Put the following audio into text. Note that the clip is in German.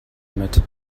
mit